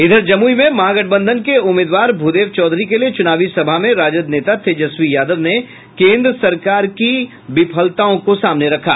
वहीं जमुई में महागठबंधन के उम्मीदवार भूदेव चौधरी के लिए चुनावी सभा में राजद नेता तेजस्वी यादव ने केन्द्र सरकार की असफलताओं को सामने रखा